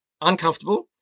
uncomfortable